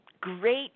great